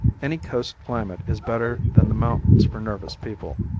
any coast climate is better than the mountains for nervous people,